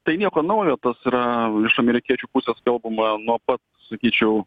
tai nieko naujo tas yra iš amerikiečių puslapių kalbama nuo pat sakyčiau